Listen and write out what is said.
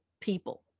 people